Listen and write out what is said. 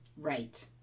right